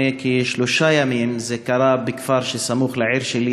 לפני כשלושה ימים זה קרה בכפר שסמוך לעיר שלי,